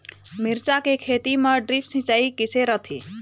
मिरचा के खेती म ड्रिप सिचाई किसे रथे?